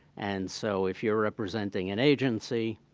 and so if you're representing an agency,